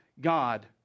God